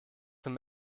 zum